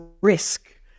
risk